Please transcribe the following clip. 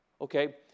okay